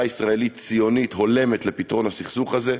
ישראלית ציונית הולמת לפתרון הסכסוך הזה,